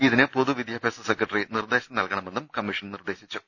ഇതിന് പൊതു വിദ്യാഭ്യാസ സെക്രട്ടറി നിർദ്ദേശം നൽകണമെന്നും കമ്മിഷൻ നിർദ്ദേശിച്ചു